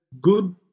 good